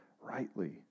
rightly